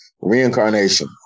reincarnation